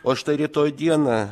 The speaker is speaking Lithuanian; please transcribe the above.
o štai rytoj dieną